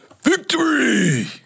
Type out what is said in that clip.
Victory